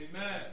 Amen